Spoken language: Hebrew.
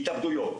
התאבדויות,